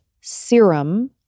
serum